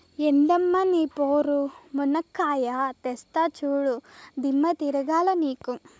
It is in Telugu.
ఎందమ్మ నీ పోరు, మునక్కాయా తెస్తా చూడు, దిమ్మ తిరగాల నీకు